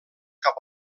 cap